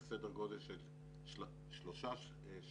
זה סדר גודל של 3 שקלים,